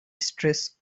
stress